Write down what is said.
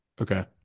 Okay